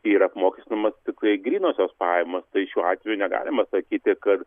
ir yra apmokestinamos tiktai grynosios pajamos tai šiuo atveju negalima sakyti kad